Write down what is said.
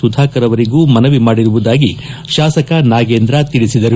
ಸುಧಾಕರ್ ಅವರಿಗೂ ಮನವಿ ಮಾಡಿರುವುದಾಗಿ ಶಾಸಕ ನಾಗೇಂದ್ರ ತಿಳಿಸಿದ್ದಾರೆ